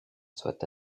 soit